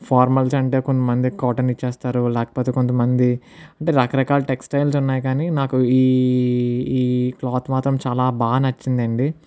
formals కంటే కొంత మందికి కాటన్ ఇచ్చేస్తారు లేకపోతే కొంతమంది అంటే రకరకాల టెక్స్టైల్స్ ఉన్నాయి కానీ నాకు ఈ ఈ క్లాత్ మాత్రం చాలా బాగా నచ్చింది అండి